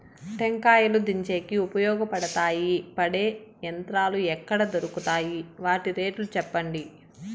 టెంకాయలు దించేకి ఉపయోగపడతాయి పడే యంత్రాలు ఎక్కడ దొరుకుతాయి? వాటి రేట్లు చెప్పండి?